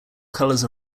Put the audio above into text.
colors